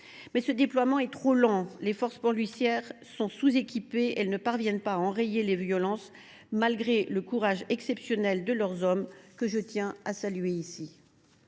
Mais ce déploiement est trop lent, les forces policières sont sous équipées et elles ne parviennent pas à enrayer les violences, malgré le courage exceptionnel de leurs hommes, que je tiens ici à saluer.